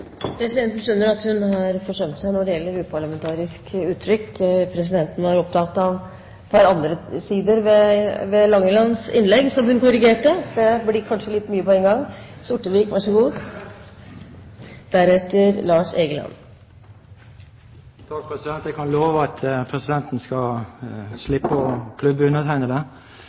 Presidenten skjønner at hun har forsømt seg når det gjelder uparlamentariske uttrykk. Presidenten var opptatt av et par andre sider ved representanten Langelands innlegg som hun korrigerte. Det blir kanskje litt mye på en gang. Jeg kan love at presidenten skal slippe å klubbe meg. Samferdselsministerens avvisning av nye finansielle verktøy for jernbanen er dårlig nytt. Det